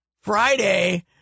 Friday